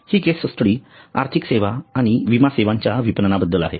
हि case study आर्थिक सेवा आणि विमा सेवांच्या विपणना बद्दल आहे